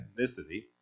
ethnicity